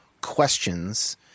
questions –